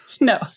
no